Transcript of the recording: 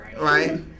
right